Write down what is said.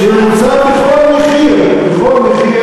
שרוצה בכל מחיר,